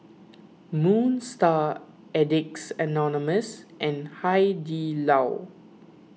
Moon Star Addicts Anonymous and Hai Di Lao